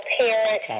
parent